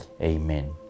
Amen